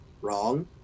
wrong